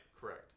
Correct